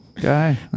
guy